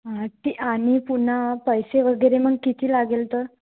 हा टी आणि पुन्हा पैसे वगैरे मग किती लागेल तर